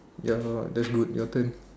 ya hor that's good your turn